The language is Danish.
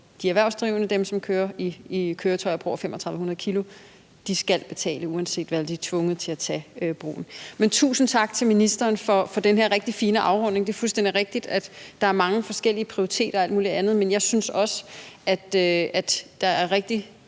de erhvervsdrivende, dem, der kører i køretøjer på over 3.500 kg. De skal betale. Uanset hvad er de tvunget til at bruge broen. Men tusind tak til ministeren for den her rigtig fine afrunding. Det er fuldstændig rigtigt, at der er mange forskellige prioriteringer og alt muligt andet, men jeg synes også, at der er et rigtig